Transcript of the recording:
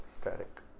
static